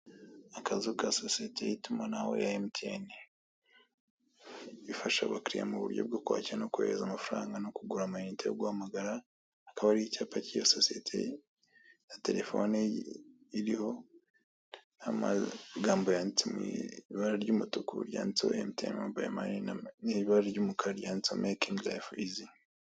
Akazu ka sosiyete y'itumanaho ya emutiyeni ifasha abakiriya mu buryo bwo kwakira no no kohereza no kugura amayinite yo guhamagara, akaba ari ari icyapa cy'iyo sosiyete na terefone iriho n'amagambo yanditse mu ibara ry'umutuku ryanditseho emutiyeni mobayiro mani n'ibara ry'umukara ryanditseho mekingi rayifu izi.